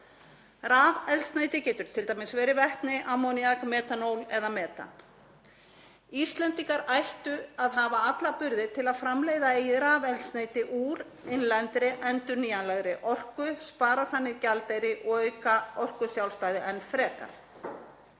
Rafeldsneyti getur t.d. verið vetni, ammoníak, metanól eða metan. Íslendingar ættu að hafa alla burði til að framleiða eigið rafeldsneyti úr innlendri endurnýjanlegri orku, spara þannig gjaldeyri og auka orkusjálfstæði enn frekar.